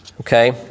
okay